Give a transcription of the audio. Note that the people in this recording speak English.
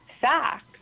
facts